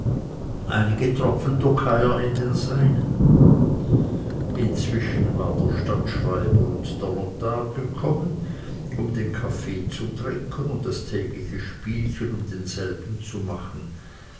einige tropfen tokaier in den seinigen inzwischen war der stadtschreiber und der notar gekommen um den kaffee zu trinken und das tägliche spielchen um denselben zu machen